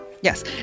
Yes